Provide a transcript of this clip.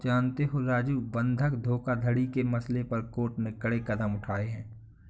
जानते हो राजू बंधक धोखाधड़ी के मसले पर कोर्ट ने कड़े कदम उठाए हैं